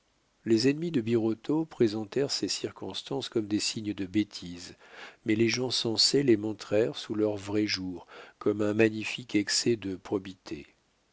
les ennemis de birotteau présentèrent ces circonstances comme des signes de bêtise mais les gens sensés les montrèrent sous leur vrai jour comme un magnifique excès de probité